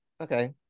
Okay